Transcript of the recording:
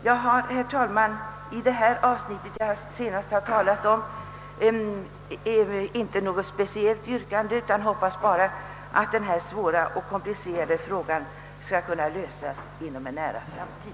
Jag har i detta sista avsnitt inte något annat yrkande än utskottets, Jag hoppas bara att denna komplicerade fråga skall kunna lösas inom en nära framtid.